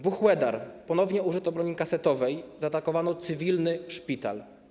Wuhłedar - ponownie użyto broni kasetowej, zaatakowano cywilny szpital.